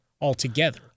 altogether